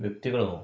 ವ್ಯಕ್ತಿಗಳು